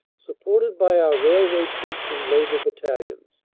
supported by our railway troops and labor bat talions.